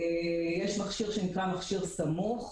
יש מכשיר שנקרא מכשיר סמוך.